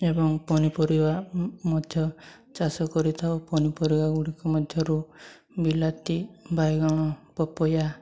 ଏବଂ ପନିପରିବା ମଧ୍ୟ ଚାଷ କରିଥାଉ ପନିପରିବା ଗୁଡ଼ିକ ମଧ୍ୟରୁ ବିଲାତି ବାଇଗଣ ପପେୟା